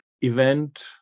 event